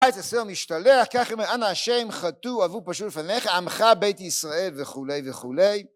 שעיר המשתלח, כך היה אומר, אנה השם חטאו עוו פשעו לפניך, עמך בית ישראל וכולי וכולי